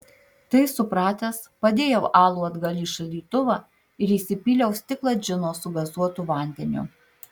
tai supratęs padėjau alų atgal į šaldytuvą ir įsipyliau stiklą džino su gazuotu vandeniu